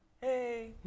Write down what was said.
hey